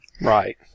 Right